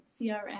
crm